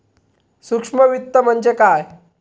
सूक्ष्म वित्त म्हणजे काय?